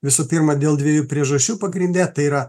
visų pirma dėl dviejų priežasčių pagrinde tai yra